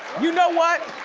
you know what?